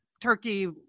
turkey